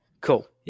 Cool